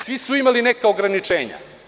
Svi su imali neka ograničenja.